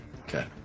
okay